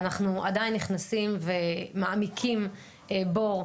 אנחנו עדיין נכנסים ומעמיקים בור,